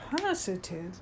positive